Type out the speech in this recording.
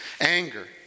Anger